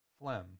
phlegm